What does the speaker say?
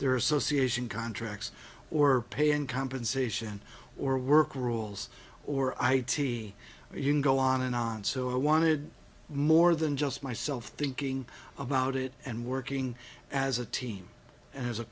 their association contracts or pay in compensation or work rules or id you can go on and on so i wanted more than just myself thinking about it and working as a team a